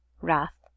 wrath